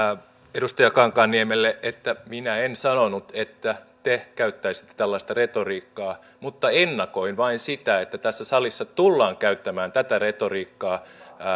edustaja kankaanniemelle minä en sanonut että te käyttäisitte tällaista retoriikkaa mutta ennakoin vain sitä että tässä salissa tullaan käyttämään tätä retoriikkaa